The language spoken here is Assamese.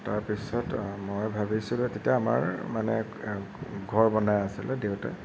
তাৰ পিছত মই ভাবিছিলোঁ তেতিয়া আমাৰ মানে ঘৰ বনাই আছিল দেউতাই